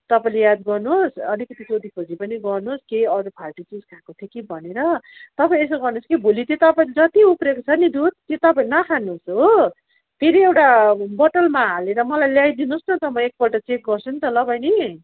तपाईँले याद गर्नुहोस् अलिकति सोधिखोजी पनि गर्नुहोस् केही अरू फालटो केही खाएको थियो कि भनेर तपाईँ यसो गर्नुहोस् कि भोलि त्यो तपाईँ जति उब्रेको छ नि दुध त्यो तपाईँहरू नखानुहोस् हो फेरि एउटा बोतलमा हालेर मलाई ल्याइदिनुहोस् न त म एकपल्ट चेक गर्छु नि त ल बहिनी